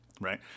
right